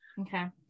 Okay